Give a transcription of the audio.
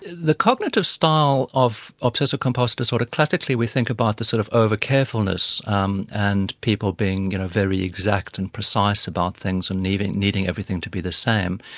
the cognitive style of obsessive compulsive disorder classically we think about the sort of over-carefulness um and people being very exact and precise about things and needing needing everything to be the same.